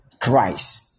Christ